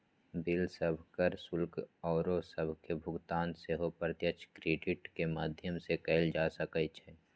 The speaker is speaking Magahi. बिल सभ, कर, शुल्क आउरो सभके भुगतान सेहो प्रत्यक्ष क्रेडिट के माध्यम से कएल जा सकइ छै